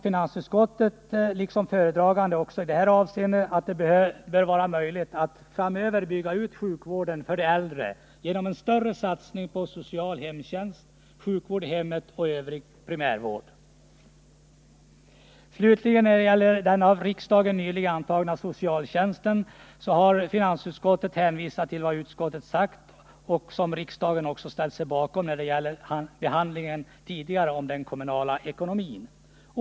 Finansutskottet menar, liksom föredraganden, att det bör vara möjligt att framöver bygga ut sjukvården för de äldre genom en större satsning på social hemtjänst, sjukvård i hemmet och övrig primärvård. Slutligen när det gäller den av riksdagen nyligen antagna socialtjänstlagen har finansutskottet hänvisat till vad utskottet tidigare har sagt och riksdagen också anslutit sig till i fråga om den kommunala ekonomin.